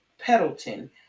Peddleton